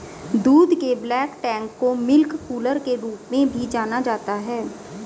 दूध के bulk tank को मिल्क कूलर के रूप में भी जाना जाता है